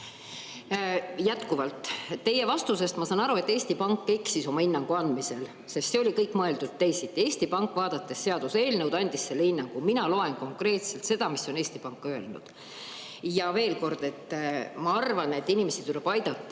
Jätkuvalt: teie vastusest ma saan aru, et Eesti Pank eksis oma hinnangu andmisel, sest see oli kõik mõeldud teisiti. Eesti Pank, vaadates seaduseelnõu, andis selle hinnangu. Mina loen konkreetselt seda, mis on Eesti Pank öelnud. Ja veel kord: ma arvan, et inimesi tuleb aidata,